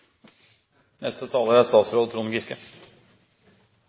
Neste taler er